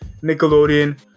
Nickelodeon